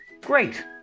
Great